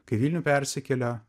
kai vilnių persikelia